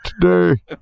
today